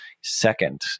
Second